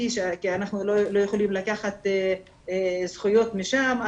כי אנחנו לא יכולים לקחת זכויות משם,